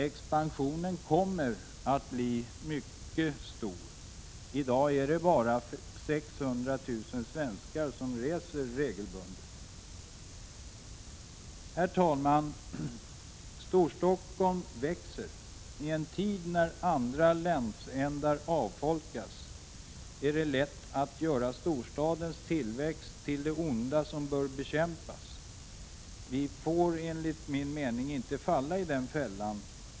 Expansionen kommer att bli mycket stor, i dag är det bara 600 000 svenskar som reser regelbundet. Herr talman! Storstockholm växer. I en tid när andra landsändar avfolkas är det lätt att göra storstadens tillväxt till det onda som bör bekämpas. Vi får enligt min mening inte falla i den fällan.